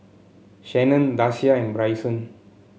Shanon Dasia and Bryson